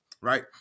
right